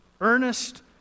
Earnest